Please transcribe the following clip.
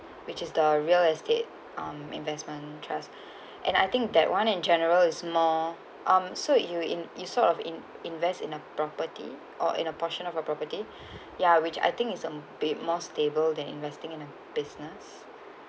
which is the real estate um investment trust and I think that one in general is more um so you will in~ it sort of in~ invest in a property or in a portion of a property ya which I think is a bit more stable than investing in uh business